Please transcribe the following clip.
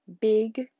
big